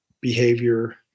behavior